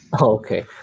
okay